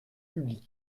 public